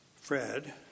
Fred